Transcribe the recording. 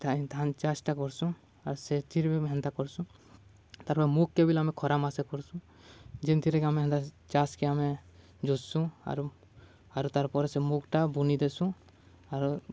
ଧାନ ଚାଷଟା କର୍ସୁଁ ଆର୍ ସେଥିରେ ବି ଆମେ ହେନ୍ତା କର୍ସୁଁ ତାପରେ ମୁଗ୍କେ ବି ଆମେ ଖରା ମାସେ କର୍ସୁଁ ଯେନ୍ଥିରେକିି ଆମେ ହେନ୍ତା ଚାଷ୍କେ ଆମେ ଜୋତ୍ସୁଁ ଆରୁ ଆରୁ ତାର୍ ପରେ ସେ ମୁଗ୍ଟା ବୁନି ଦେସୁଁ ଆରୁ